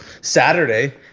Saturday